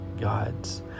gods